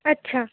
अच्छा